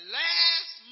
last